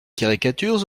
caricatures